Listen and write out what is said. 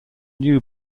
new